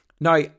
Now